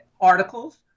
articles